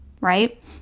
right